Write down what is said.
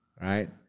Right